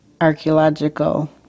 archaeological